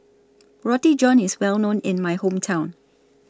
Roti John IS Well known in My Hometown